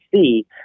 see